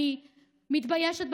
אני מתביישת,